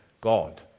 God